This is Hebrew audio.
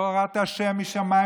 תורת ה' משמיים,